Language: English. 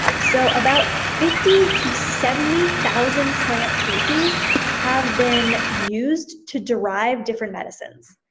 so about fifty to seventy thousand plant species have been used to derive different medicines.